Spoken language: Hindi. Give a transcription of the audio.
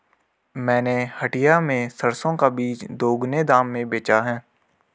मैंने हटिया में सरसों का बीज दोगुने दाम में बेचा है